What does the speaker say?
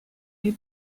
die